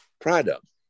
product